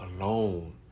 alone